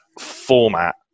format